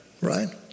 right